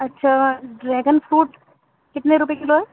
اچھا dragon fruit کتنے روپے کلو ہے